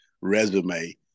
resume